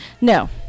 no